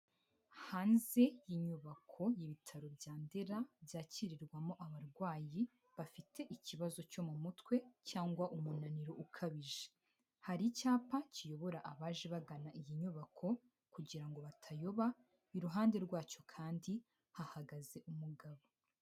Hranze y'inyubako ibitaro bya Ndera byakirirwamo abarwayi bafite ikibazo cyo mu mutwe cyangwa umunaniro ukabije. Hari icyapa kiyobora abaje bagana iyi nyubako kugira ngo batayoba, iruhande rwacyo kandi hahagaze umugabo.